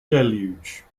deluge